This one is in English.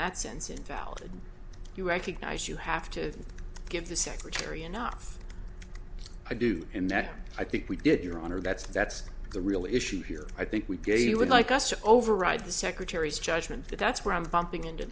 that sense and valid you recognize you have to give the secretary enough i do and that i think we did your honor that's that's the real issue here i think we gave you would like us to override the secretary's judgment that that's where i'm bumping into